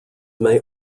may